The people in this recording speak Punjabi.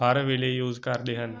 ਹਰ ਵੇਲੇ ਯੂਜ ਕਰਦੇ ਹਨ